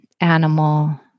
animal